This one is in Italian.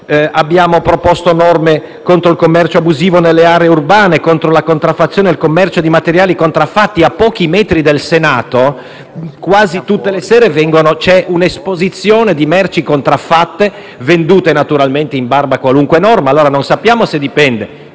Abbiamo proposto norme contro il commercio abusivo nelle aree urbane, la contraffazione e il commercio di materiali contraffatti. Colleghi, a pochi metri dal Senato quasi tutte le sere c'è un'esposizione di merci contraffatte, naturalmente vendute in barba a qualunque norma. Non sappiamo se questa